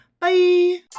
Bye